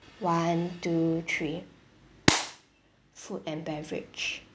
one two three food and beverage